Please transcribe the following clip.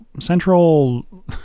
Central